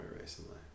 recently